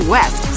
West